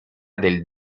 del